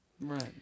Right